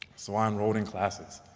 so i enrolled in classes.